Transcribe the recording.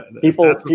People